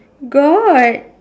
got